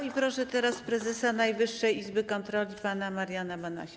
I proszę teraz prezesa Najwyższej Izby Kontroli pana Mariana Banasia.